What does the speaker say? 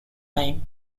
time